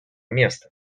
места